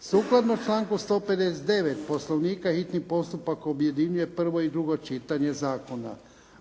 Sukladno članku 159. Poslovnika hitni postupak objedinjuje 1. i 2. čitanje zakona.